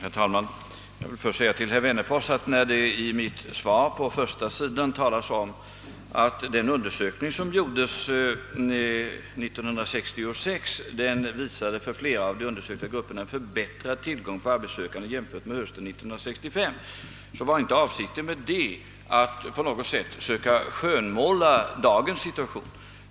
Herr talman! Jag vill först säga till herr Wennerfors att när jag i början av mitt svar talar om att den undersökning; som gjordes 1966, för flera av grupperna visade förbättrad tillgång på arbetssökande jämfört med hösten 1965, så var inte avsikten på något sätt att söka skönmåla dagens situation.